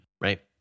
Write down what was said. right